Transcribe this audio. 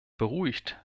beruhigt